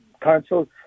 Council